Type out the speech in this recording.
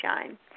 shine